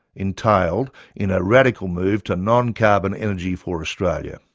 entailed in a radical move to non-carbon energy for australia.